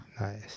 Nice